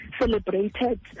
celebrated